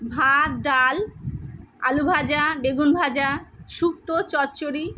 ভাত ডাল আলুভাজা বেগুনভাজা শুক্তো চচ্চড়ি